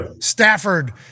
Stafford